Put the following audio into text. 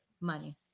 money